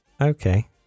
Okay